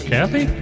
Kathy